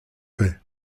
fait